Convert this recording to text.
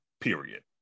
period